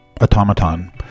Automaton